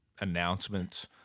announcements